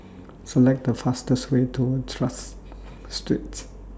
Select The fastest Way to Tras Streets